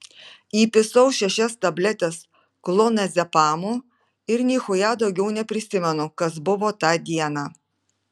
įpisau šešias tabletes klonazepamo ir nichuja daugiau neprisimenu kas buvo tą dieną